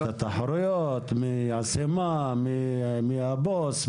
ואז יש תחרויות על מי יעשה מה, מי הבוס,